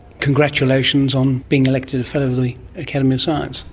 congratulations on being elected a fellow of the academy of science.